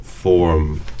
form